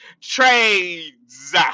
trades